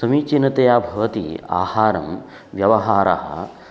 समीचीनतया भवति आहारं व्यवहारः